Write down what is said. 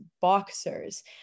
boxers